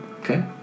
Okay